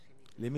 אין,